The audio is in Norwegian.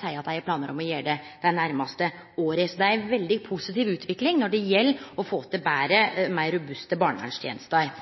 seier at dei har planar om det dei nærmaste åra. Så det er ei veldig positiv utvikling når det gjeld å få til betre